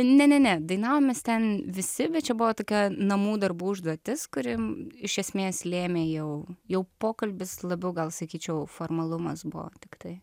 ne ne ne dainavome ten visi bet čia buvo tokia namų darbų užduotis kuri iš esmės lėmė jau jau pokalbis labiau gal sakyčiau formalumas buvo tiktai